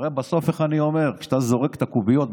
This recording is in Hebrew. הרי בסוף כשאתה זורק קוביות,